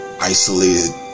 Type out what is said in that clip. isolated